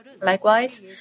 Likewise